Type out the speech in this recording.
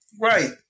Right